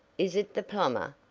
is it the plumber?